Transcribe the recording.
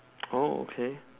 oh okay